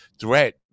threat